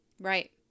Right